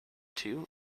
two